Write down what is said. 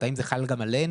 האם זה חל גם עלינו?